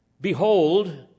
Behold